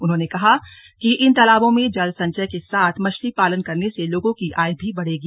उन्होंने कहा कि इन तालाबों में जलसंचय के साथ मछली पालन करने से लोगों की आय भी बढ़ेगी